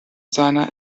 seiner